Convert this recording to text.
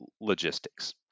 logistics